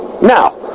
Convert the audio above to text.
Now